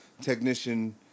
technician